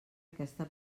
aquesta